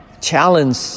challenge